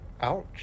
Ouch